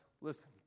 Listen